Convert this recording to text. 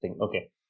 Okay